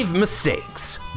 Mistakes